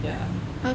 ya